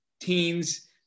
teens